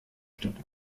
statt